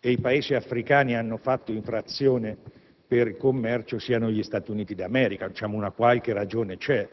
e i Paesi africani hanno denunciato un'infrazione commerciale, siano gli Stati Uniti d'America: una qualche ragione c'è.